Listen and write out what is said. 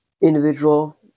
individual